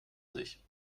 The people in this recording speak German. sich